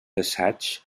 assaigs